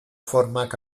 formak